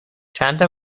چندتا